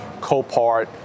copart